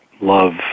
love